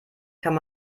kann